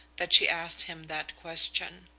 that she asked him that question.